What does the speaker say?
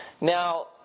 Now